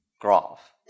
graph